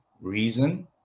reason